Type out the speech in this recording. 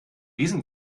diesem